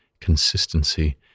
consistency